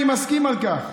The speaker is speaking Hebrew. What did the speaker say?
אני מסכים על כך.